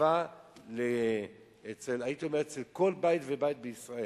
רחבה בכל בית ובית בישראל.